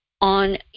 on